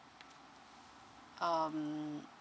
um